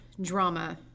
drama